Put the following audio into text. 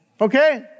okay